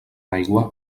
aigua